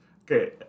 Okay